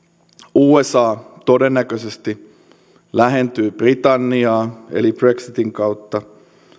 usa todennäköisesti lähentyy britanniaa eli brexitin kautta